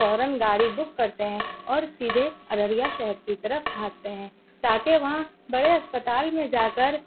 فوراً گاڑی بک کرتے ہیں اور سیدھے ارریا شہر کی طرف بھاگتے ہیں تاکہ وہاں بڑے اسپتال میں جا کر